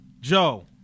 Joe